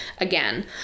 Again